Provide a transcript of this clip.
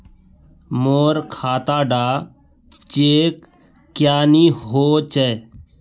मोर खाता डा चेक क्यानी होचए?